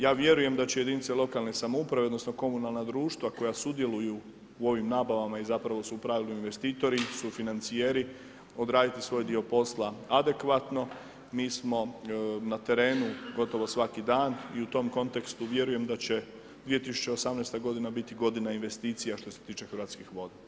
Ja vjerujem da će jedinice lokalne samouprave odnosno komunalna društva koja sudjeluju u ovim nabavama i zapravo su u pravilu investitori, sufinancijeri, odraditi svoj dio posla adekvatno, mi smo na terenu gotovo svaki dan i u tom kontekstu vjerujem da će 2018. godina biti godina investicija što se tiče Hrvatskih voda.